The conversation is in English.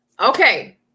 Okay